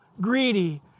greedy